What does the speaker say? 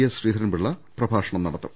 S Sreedharan Pillai പ്രഭാഷണം നടത്തും